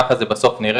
ככה זה בסוף נראה,